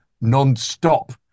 non-stop